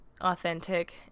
authentic